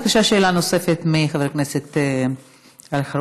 בבקשה, שאלה נוספת לחבר הכנסת אלחרומי.